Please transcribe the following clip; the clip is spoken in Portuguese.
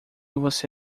você